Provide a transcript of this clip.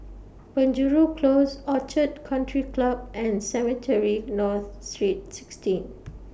Penjuru Close Orchid Country Club and Cemetry North Street sixteen